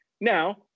Now